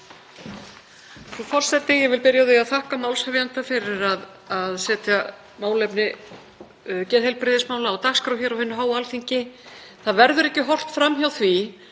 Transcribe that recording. Frú forseti. Ég vil byrja á því að þakka málshefjanda fyrir að setja málefni geðheilbrigðismála á dagskrá hér á hinu háa Alþingi. Það verður ekki horft fram hjá